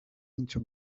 into